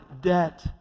debt